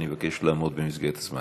אני מבקש לעמוד במסגרת הזמן.